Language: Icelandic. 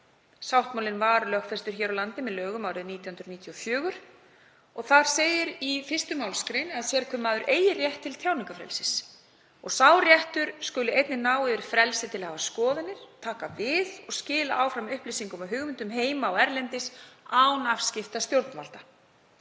en hann var lögfestur hér á landi með lögum nr. 62/1994. Þar segir í 1. mgr. að sérhver maður eigi rétt til tjáningarfrelsis. Sá réttur skal einnig ná yfir frelsi til að hafa skoðanir, taka við og skila áfram upplýsingum og hugmyndum heima og erlendis án afskipta stjórnvalda.